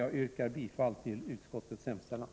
Jag yrkar bifall till utskottets hemställan.